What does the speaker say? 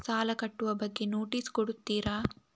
ಸಾಲ ಕಟ್ಟುವ ಬಗ್ಗೆ ನೋಟಿಸ್ ಕೊಡುತ್ತೀರ?